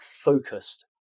focused